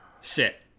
sit